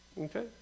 Okay